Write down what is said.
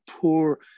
poor